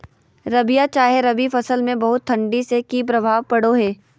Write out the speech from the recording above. रबिया चाहे रवि फसल में बहुत ठंडी से की प्रभाव पड़ो है?